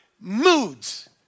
moods